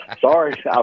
Sorry